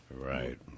Right